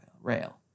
Rail